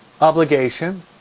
obligation